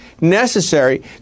necessary